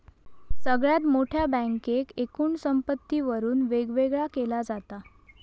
सगळ्यात मोठ्या बँकेक एकूण संपत्तीवरून वेगवेगळा केला जाता